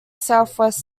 southwest